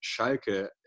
Schalke